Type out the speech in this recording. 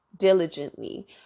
diligently